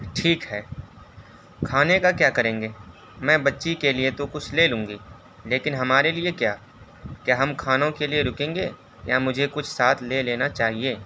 ٹھیک ہے کھانے کا کیا کریں گے میں بچی کے لیے تو کچھ لے لوں گی لیکن ہمارے لیے کیا کیا ہم کھانوں کے لیے رکیں گے یا مجھے کچھ ساتھ لے لینا چاہیے